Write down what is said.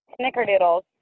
snickerdoodles